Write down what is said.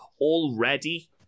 already